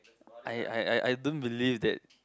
I I I I don't believe that